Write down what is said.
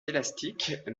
élastiques